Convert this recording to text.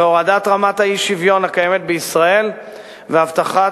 הורדת רמת האי-שוויון הקיימת בישראל והבטחת